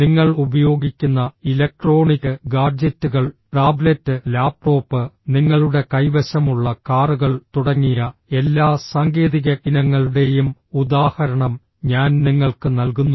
നിങ്ങൾ ഉപയോഗിക്കുന്ന ഇലക്ട്രോണിക് ഗാഡ്ജെറ്റുകൾ ടാബ്ലെറ്റ് ലാപ്ടോപ്പ് നിങ്ങളുടെ കൈവശമുള്ള കാറുകൾ തുടങ്ങിയ എല്ലാ സാങ്കേതിക ഇനങ്ങളുടെയും ഉദാഹരണം ഞാൻ നിങ്ങൾക്ക് നൽകുന്നു